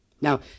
Now